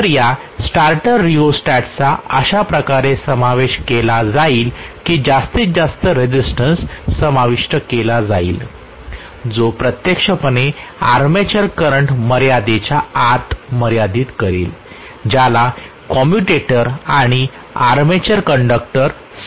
तर या स्टार्टर रिओस्टेटचा अशा प्रकारे समावेश केला जाईल की जास्तीत जास्त रेसिस्टन्स समाविष्ट केला जाईल जो प्रत्यक्षपणे आर्मेचर करंट मर्यादेच्या आत मर्यादित करेल ज्याला कम्युटेटर आणि आर्मेचर कंडक्टर सहन करू शकतील